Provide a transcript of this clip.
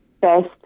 best